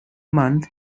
month